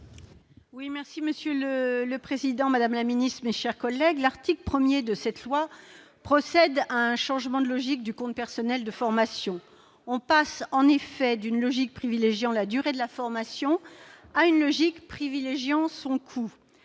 l'article. Monsieur le président, madame la ministre, mes chers collègues, l'article 1 de ce projet de loi procède à un changement de logique du compte personnel de formation, ou CPF. On passe en effet d'une logique privilégiant la durée de la formation à une logique privilégiant son coût.